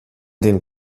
den